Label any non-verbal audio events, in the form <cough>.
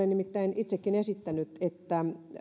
<unintelligible> nimittäin itsekin esittänyt että